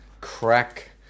crack